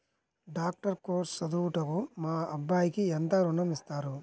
Doctor course చదువుటకు మా అబ్బాయికి ఎంత ఋణం ఇస్తారు?